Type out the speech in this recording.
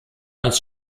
als